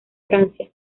francia